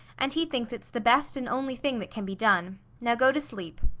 and he thinks it's the best and only thing that can be done. now go to sleep.